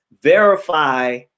verify